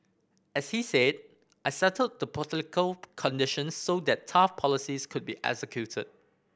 as he said I settled the political conditions so that tough policies could be executed